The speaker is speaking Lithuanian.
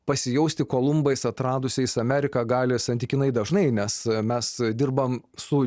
pasijausti kolumbas atradusiais ameriką gali santykinai dažnai nes mes dirbam su